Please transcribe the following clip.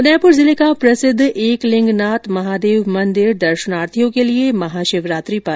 उदयपुर जिले का प्रसिद्ध एकलिंगनाथ महादेव मंदिर दर्शनार्थियों के लिए महाशिवरात्रि पर बंद रहेगा